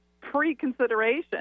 pre-consideration